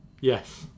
yes